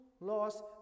laws